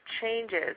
changes